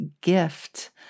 gift